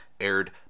aired